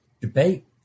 debate